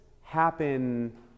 happen